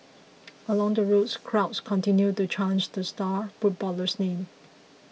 along the route crowds continued to chant the star footballer's name